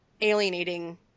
alienating